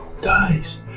Dies